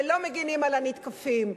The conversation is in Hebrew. ולא מגינים על הנתקפים.